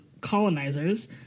colonizers